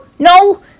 No